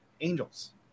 angels